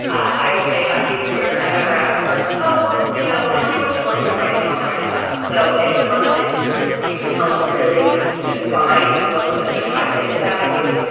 i will say half the employers i've ever asked for are like oh you know tell me what you want me to write and i'll write it up, so in a lot of instances you can help really define what's going to be highlighted about you,